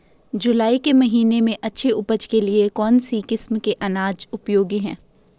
जुलाई के महीने में अच्छी उपज के लिए कौन सी किस्म के अनाज उपयोगी हैं?